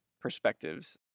perspectives